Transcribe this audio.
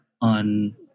on